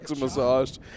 massaged